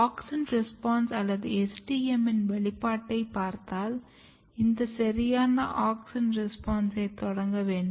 auxin response அல்லது STM இன் வெளிப்பாட்டைப் பார்த்தால் இந்த சரியான ஆக்ஸின் ரெஸ்பான்ஸை தொடங்க வேண்டும்